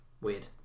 Weird